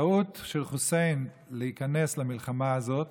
הטעות של חוסיין להיכנס למלחמה הזאת